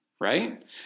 right